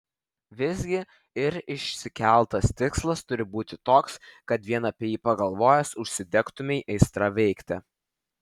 visgi ir išsikeltas tikslas turi būti toks kad vien apie jį pagalvojęs užsidegtumei aistra veikti